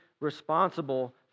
responsible